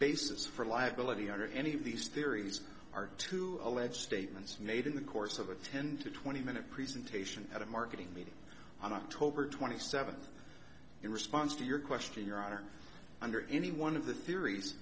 basis for liability under any of these theories are to allege statements made in the course of a ten to twenty minute presentation at a marketing meeting on october twenty seventh in response to your question your honor under any one of the theories